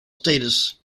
status